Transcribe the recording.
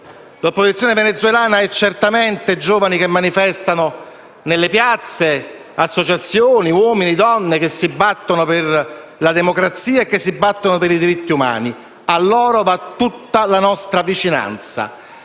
L'opposizione venezuelana è certamente rappresentata dai giovani che manifestano nelle piazze, associazioni di uomini e donne che si battono per la democrazia e per i diritti umani. A loro va tutta la nostra vicinanza.